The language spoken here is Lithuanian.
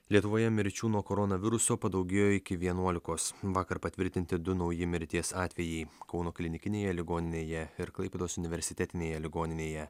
lietuvoje mirčių nuo koronaviruso padaugėjo iki vienuolikos vakar patvirtinti du nauji mirties atvejai kauno klinikinėje ligoninėje ir klaipėdos universitetinėje ligoninėje